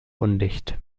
undicht